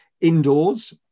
indoors